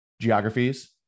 geographies